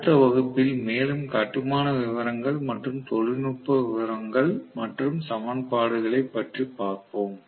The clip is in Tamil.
அடுத்த வகுப்பில் மேலும் கட்டுமான விவரங்கள் மற்றும் தொழில்நுட்ப விவரங்கள் மற்றும் சமன்பாடுகளைப் பார்ப்போம்